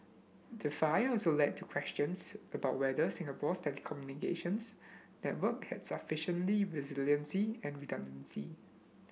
the fire also led to questions about whether Singapore's telecommunications network had sufficient resiliency and redundancy